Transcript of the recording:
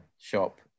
shop